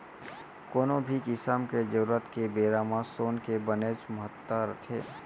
कोनो भी किसम के जरूरत के बेरा म सोन के बनेच महत्ता रथे